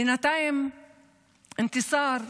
בינתיים אנתסאר,